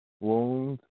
wounds